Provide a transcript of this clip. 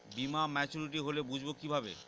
বীমা মাচুরিটি হলে বুঝবো কিভাবে?